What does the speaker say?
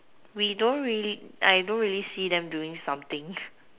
we don't really I don't really see them doing something